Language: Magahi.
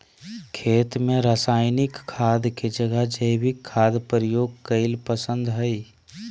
खेत में रासायनिक खाद के जगह जैविक खाद प्रयोग कईल पसंद हई